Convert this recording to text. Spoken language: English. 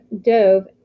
dove